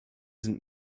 sind